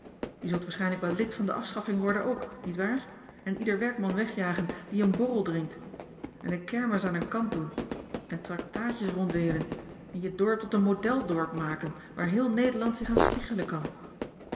je zult waarschijnlijk wel lid van de afschaffing worden ook niet waar en ieder werkman wegjagen die een borrel drinkt en de kermis aan een kant doen en traktaatjes ronddeelen en je dorp tot een modèl dorp maken waar heel nederland zich aan spiegelen kan